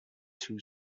two